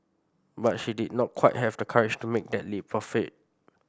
but she did not quite have the courage to make that leap of faith